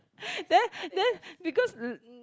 then then because